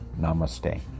Namaste